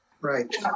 Right